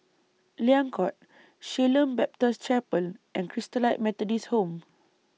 Liang Court Shalom Baptist Chapel and Christalite Methodist Home